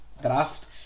draft